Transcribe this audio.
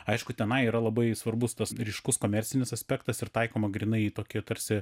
aišku tenai yra labai svarbus tas ryškus komercinis aspektas ir taikoma grynai į tokį tarsi